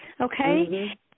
Okay